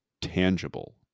tangible